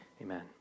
amen